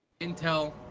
intel